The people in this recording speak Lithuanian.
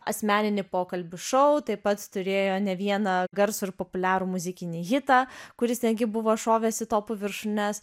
asmeninį pokalbių šou taip pat turėjo ne vieną garsų ir populiarų muzikinį hitą kuris netgi buvo šovęs į topų viršūnes